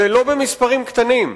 ולא במספרים קטנים,